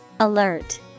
Alert